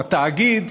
התאגיד,